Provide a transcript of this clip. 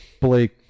Blake